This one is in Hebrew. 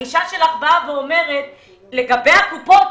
הגישה שלך אומרת שלגבי הקופות,